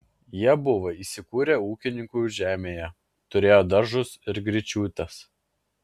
jie buvo įsikūrę ūkininkų žemėje turėjo daržus ir gryčiutes